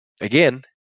again